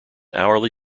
hourly